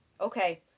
Okay